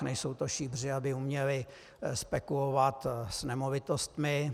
Nejsou to šíbři, aby uměli spekulovat s nemovitostmi.